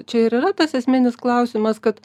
čia ir yra tas esminis klausimas kad